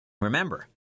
Remember